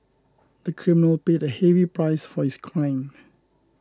the criminal paid a heavy price for his crime